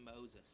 Moses